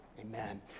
amen